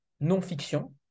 non-fiction